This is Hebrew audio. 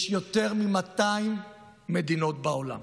יש יותר מ-200 מדינות בעולם,